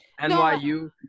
NYU